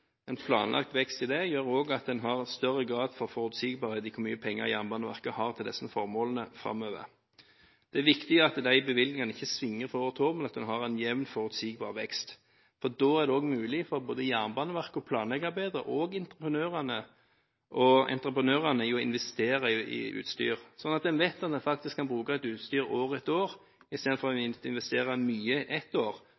En planlagt vekst i dette gjør også at man har større grad av forutsigbarhet for hvor mye penger Jernbaneverket har til disse formålene framover. Det er viktig at de bevilgningene ikke svinger fra år til år, men at man har en jevn, forutsigbar vekst. Da er det mulig for Jernbaneverket å planlegge bedre og for entreprenørene å investere i utstyr, sånn at man vet at man faktisk kan bruke utstyret år etter år, i stedet for ett år å